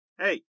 Hey